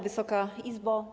Wysoka Izbo!